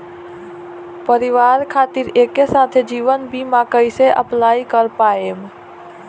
परिवार खातिर एके साथे जीवन बीमा कैसे अप्लाई कर पाएम?